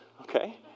Okay